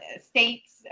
states